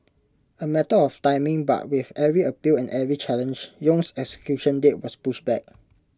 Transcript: A matter of timing but with every appeal and every challenge Yong's execution date was pushed back